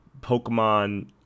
pokemon